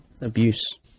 abuse